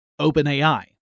OpenAI